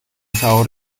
sabor